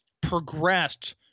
progressed